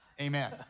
Amen